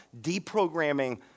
deprogramming